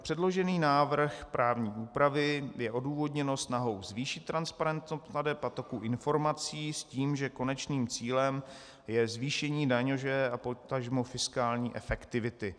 Předložený návrh právní úpravy je odůvodněn snahou zvýšit transparentnost plateb a toku informací s tím, že konečným cílem je zvýšení daně a potažmo fiskální efektivity.